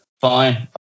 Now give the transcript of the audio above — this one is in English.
Fine